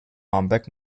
barmbek